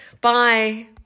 Bye